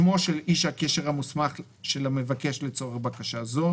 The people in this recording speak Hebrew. _________ שמו של איש הקשר המוסמך של המבקש לצורך בקשה זו: